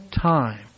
time